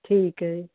ਠੀਕ ਹੈ